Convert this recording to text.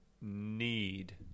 need